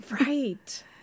Right